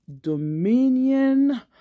dominion